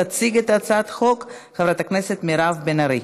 תציג את הצעת החוק חברת הכנסת מירב בן ארי.